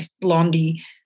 Blondie